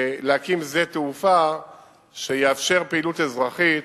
בהקמת שדה תעופה שיאפשר פעילות אזרחית